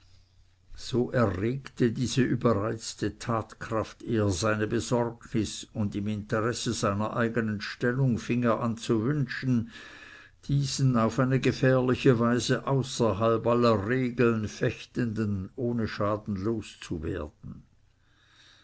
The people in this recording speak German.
so erregte diese überreizte tatkraft eher seine besorgnis und im interesse seiner eigenen stellung fing er an zu wünschen diesen auf eine gefährliche weise außerhalb aller regeln fechtenden ohne schaden loszuwerden